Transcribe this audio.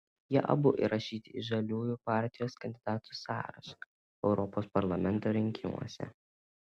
jie abu įrašyti į žaliųjų partijos kandidatų sąrašą europos parlamento rinkimuose